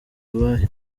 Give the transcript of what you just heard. abayo